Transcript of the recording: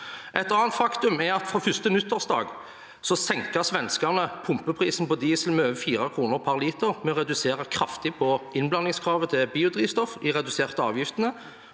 Et annet faktum er at fra første nyttårsdag senket svenskene pumpeprisen på diesel med over 4 kr per liter ved kraftig å redusere innblandingskravet til biodrivstoff og redusere avgiftene,